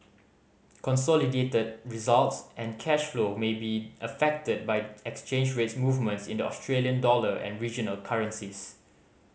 consolidated results and cash flow may be affected by exchange rate movements in the Australian dollar and regional currencies